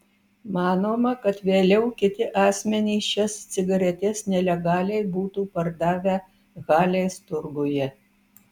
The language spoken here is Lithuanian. manoma kad vėliau kiti asmenys šias cigaretes nelegaliai būtų pardavę halės turguje